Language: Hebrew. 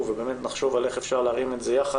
ובאמת נחשוב על איך אפשר להרים את זה יחד.